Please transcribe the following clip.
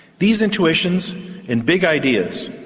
these intuitions and big ideas,